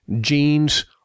genes